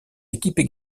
équipes